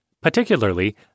particularly